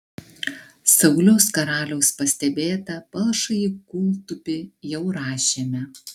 sauliaus karaliaus pastebėtą palšąjį kūltupį jau rašėme